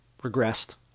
regressed